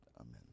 amen